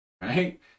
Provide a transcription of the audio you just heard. right